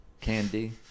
candy